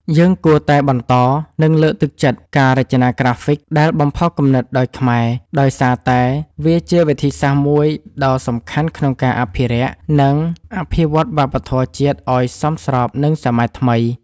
យើងគួរតែបន្ត និងលើកទឹកចិត្តការរចនាក្រាហ្វិកដែលបំផុសគំនិតដោយខ្មែរ ដោយសារតែវាជាវិធីសាស្រ្តមួយដ៏សំខាន់ក្នុងការអភិរក្ស និងអភិវឌ្ឍវប្បធម៌ជាតិឲ្យសមស្របនឹងសម័យថ្មី។